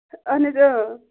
آہَن حظ ٲں